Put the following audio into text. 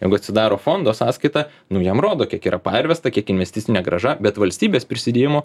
jeigu atsidaro fondo sąskaitą nu jam rodo kiek yra pervesta kiek investicinė grąža bet valstybės prisidėjimo